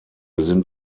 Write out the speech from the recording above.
sind